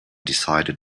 decided